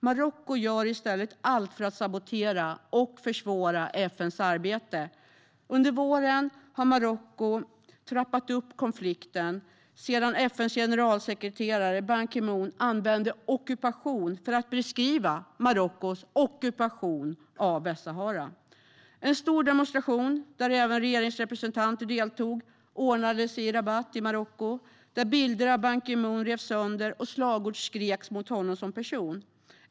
Marocko gör i stället allt för att sabotera och försvåra FN:s arbete. Under våren har Marocko trappat upp konflikten sedan FN:s generalsekreterare använde begreppet "ockupation" för att beskriva Marockos just ockupation av Västsahara. En stor demonstration, där även regeringsrepresentanter deltog, ordnades i Rabat i Marocko. Bilder av Ban Ki Moon revs sönder, och slagord skreks mot honom som person.